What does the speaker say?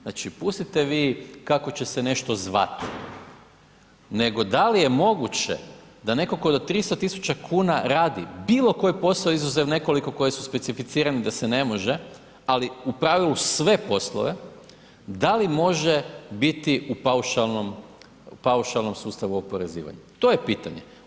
Znači pustite vi kako će se nešto zvati nego da li je moguće da netko tko do 300 000 radi bilokoji posao izuzev nekoliko koji su specificirani da se ne može, ali u pravilu sve poslove, da li može biti u paušalnom sustavu oporezivanja, to je pitanje.